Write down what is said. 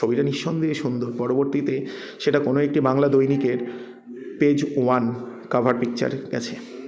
ছবিটা নিঃসন্দেহে সুন্দর পরবর্তীতে সেটা কোনও একটি বাংলা দৈনিকের পেজ ওয়ান কভার পিকচারে গেছে